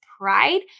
pride